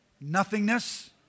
nothingness